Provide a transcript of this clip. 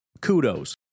Kudos